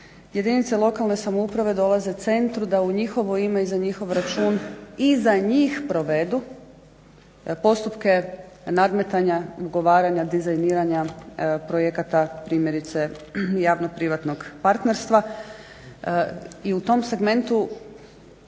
Jedinice lokalne samouprave dolaze centru da u njihovo ime i za njihov račun i za njih provedu postupke nadmetanja, ugovaranja, dizajniranja projekata primjerice javnog privatnog partnerstva i u tom segmentu